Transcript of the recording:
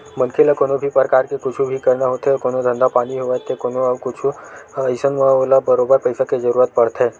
मनखे ल कोनो भी परकार के कुछु भी करना होथे कोनो धंधा पानी होवय ते कोनो अउ कुछु अइसन म ओला बरोबर पइसा के जरुरत पड़थे